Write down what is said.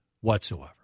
whatsoever